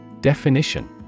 Definition